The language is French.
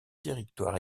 directoire